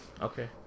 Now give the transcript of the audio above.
Okay